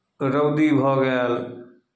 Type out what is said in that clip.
रौदी भऽ गेल